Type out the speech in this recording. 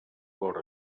cor